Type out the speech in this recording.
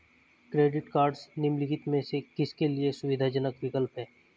Credit cards निम्नलिखित में से किसके लिए सुविधाजनक विकल्प हैं?